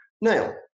Now